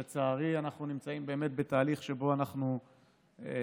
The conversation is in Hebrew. לצערי, אנחנו נמצאים באמת בתהליך שבו אנחנו לקראת